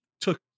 took